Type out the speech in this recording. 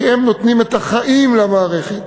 כי הם נותנים את החיים במערכת.